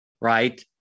Right